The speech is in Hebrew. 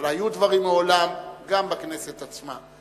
אבל היו דברים מעולם גם בכנסת עצמה.